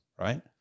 right